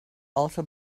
also